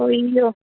ഓ അയ്യോ